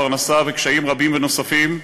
פרנסה וקשיים רבים ונוספים,